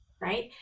Right